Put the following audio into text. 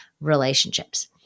relationships